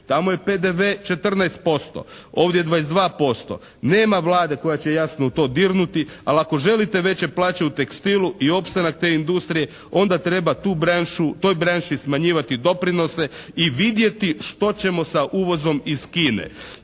tamo je PDV 14%, ovdje 22%. Nema Vlade koja će jasno u to dirnuti, ali ako želite veće plaće u tekstilu i opstanak te industrije onda treba tu branšu, toj branši smanjivati doprinose i vidjeti što ćemo sa uvozom iz Kine.